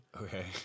Okay